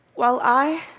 while i,